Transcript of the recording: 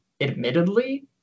admittedly